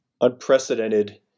unprecedented